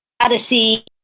Odyssey